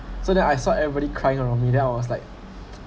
so then I saw everybody crying around me then I was like